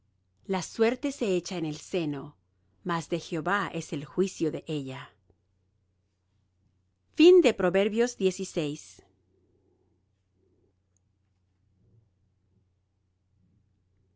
la suerte se echa en el seno mas de jehová es el juicio de ella